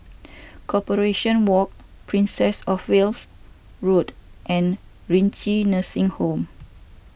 Corporation Walk Princess of Wales Road and Renci Nursing Home